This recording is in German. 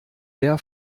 der